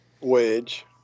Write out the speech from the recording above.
Wedge